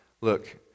Look